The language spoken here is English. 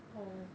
oh